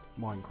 Minecraft